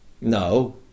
No